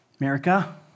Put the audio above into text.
America